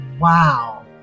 wow